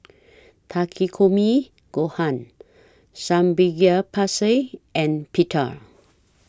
Takikomi Gohan Samgyeopsal and Pita